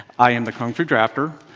i am the kunf fu drafter,